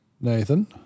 Nathan